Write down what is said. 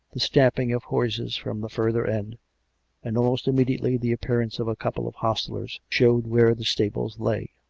the stamping of horses from the further end and, almost im mediately, the appearance of a couple of hosrtlers, showed where the stables lay.